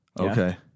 Okay